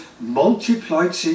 multiplied